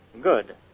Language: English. Good